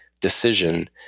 decision